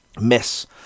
miss